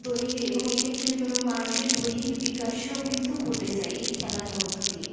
দৈহিকে এবং এক্ষেত্রে মানুষের দৈহিক বিকাশও কিন্তু ঘটে যায় এই খেলার মধ্য দিয়ে